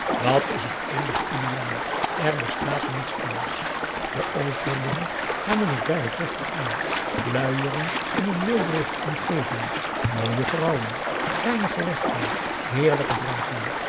dàt is het eenige ideaal er bestaat niets anders de oosterlingen hebben het bij het rechte eind luieren in een weelderige omp a daum de van der lindens c s onder ps maurits geving mooie vrouwen fijne gerechten heerlijke dranken